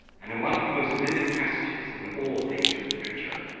and in one of the most vivid passages in all of ancient literature,